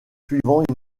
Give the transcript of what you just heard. suivant